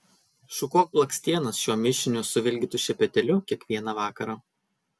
šukuok blakstienas šiuo mišiniu suvilgytu šepetėliu kiekvieną vakarą